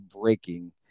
breaking